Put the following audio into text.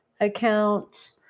account